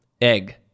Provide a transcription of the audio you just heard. egg